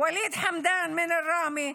וליד חמדאן מראמה,